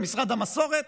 ומשרד המסורת,